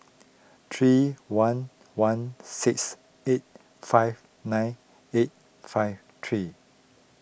three one one six eight five nine eight five three